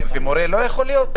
ומורה לא יכול להיות?